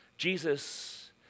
Jesus